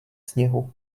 sněhu